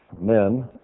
men